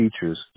features